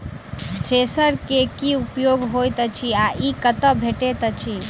Thresher केँ की उपयोग होइत अछि आ ई कतह भेटइत अछि?